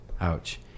Ouch